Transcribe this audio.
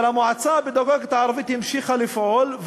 אבל המועצה הפדגוגית הערבית המשיכה לפעול,